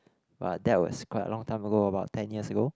but that was quite a long time ago about ten years ago